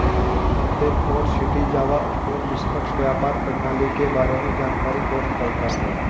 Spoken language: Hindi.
प्रत्येक पोर्ट सिटी जावा स्टोर निष्पक्ष व्यापार प्रणाली के बारे में जानकारी पोस्ट करता है